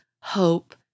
hope